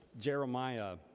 Jeremiah